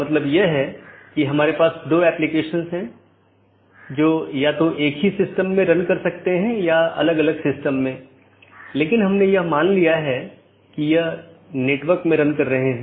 इसलिए बहुत से पारगमन ट्रैफ़िक का मतलब है कि आप पूरे सिस्टम को ओवरलोड कर रहे हैं